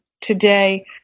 today